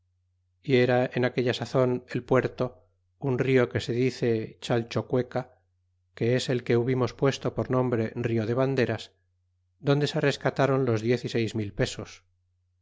y era en aquella sazon el puerto un rio que se dice chalchocueca que es el que hubimos puesto por nombre rio de vanderas donde se rescataron los diez y seis mil pesos